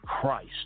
Christ